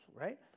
right